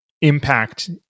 impact